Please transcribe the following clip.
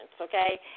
okay